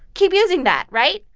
keep using that, right?